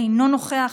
אינו נוכח,